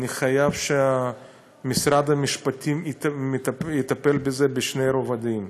אני חייב שמשרד המשפטים יטפל בזה בשני רבדים: